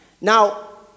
Now